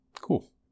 Cool